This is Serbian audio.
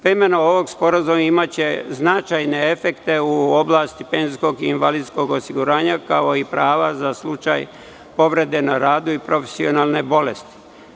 Primena ovog sporazuma imaće značajne efekte u oblasti penzijskog i invalidskog osiguranja, kao i prava za slučaj povrede na radu i profesionalne bolesti.